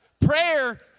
Prayer